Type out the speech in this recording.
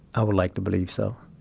i would like to believe so